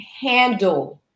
handle